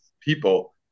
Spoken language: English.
people